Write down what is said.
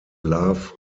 love